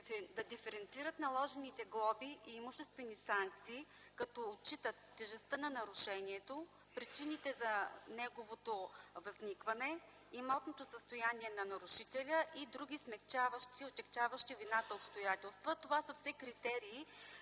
да диференцират наложените глоби и имуществени санкции като отчитат тежестта на нарушението, причините за неговото възникване, имотното състояние на нарушителя и други смекчаващи и отегчаващи вината обстоятелства. Това са все критерии